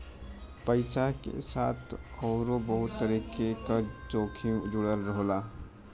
पइसा के साथ आउरो बहुत तरीके क जोखिम जुड़ल होला